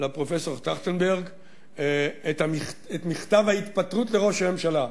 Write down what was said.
לפרופסור טרכטנברג את מכתב ההתפטרות לראש הממשלה.